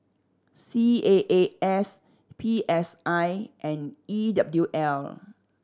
C A A S P S I and E W L